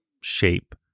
shape